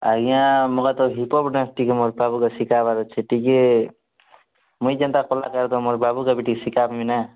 ଆଜ୍ଞା ମୋତେ hip hop dance ଟିକେ ମୋର୍ ବାବୁକୁ ଶିଖାବାର୍ ଅଛି ଟିକେ ମୁଇ ଯେନ୍ତା କଳାକାର୍ ମୋର୍ ବାବୁକୁ ଟିକେ ଶିଖାମି ନା